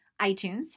iTunes